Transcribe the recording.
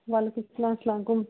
وعلیکُم سلام اسَلام علیکُم